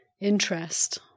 interest